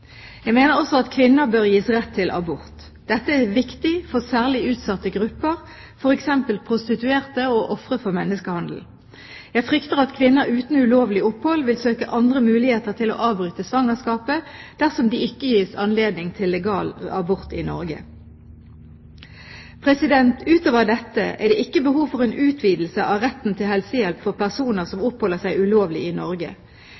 Jeg mener også at kvinner bør gis rett til abort. Dette er viktig for særlig utsatte grupper, f.eks. prostituerte og ofre for menneskehandel. Jeg frykter at kvinner uten lovlig opphold vil søke andre muligheter til å avbryte svangerskapet dersom de ikke gis anledning til legal abort i Norge. Utover dette er det ikke behov for en utvidelse av retten til helsehjelp for personer som oppholder seg ulovlig i Norge.